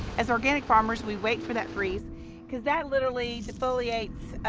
as organic farmers, we wait for that freeze because that literally defoliates,